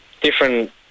different